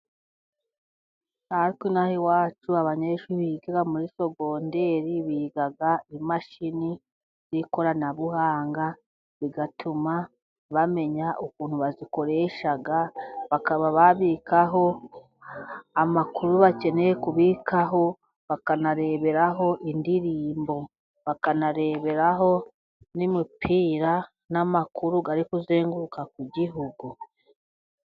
Natwe inaha iwacu, abanyeshuri biga muri sogonderi biga imashini n'ikoranabuhanga bigatuma bamenya ukuntu bazikoreshaga, bakaba babikaho amakuru bakeneye kubikaho, bakanareberaho indirimbo, bakanareberaho n'imipira, n'amakuru ari kuzenguruka ku gihugu.